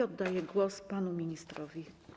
Oddaję głos panu ministrowi.